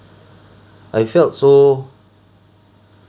I felt so